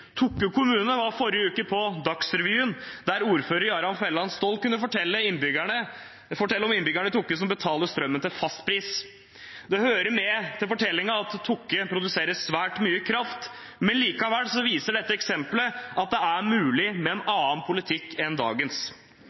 kommune var forrige uke på Dagsrevyen, der ordfører Jarand Felland stolt kunne fortelle om innbyggerne i Tokke som betaler strøm til fastpris. Det hører med til fortellingen at Tokke produserer svært mye kraft, men likevel viser dette eksemplet at det er mulig med en annen politikk enn dagens.